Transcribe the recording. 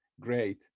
Great